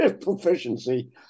proficiency